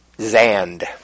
Zand